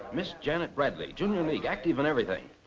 miss janet bradley, junior league, active in everything.